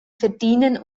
verdienen